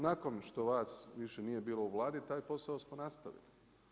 Nakon što vas nije više bilo u Vladi taj posao smo nastavili.